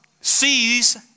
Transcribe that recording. sees